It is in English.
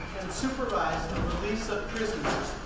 and supervised the release of prisoners,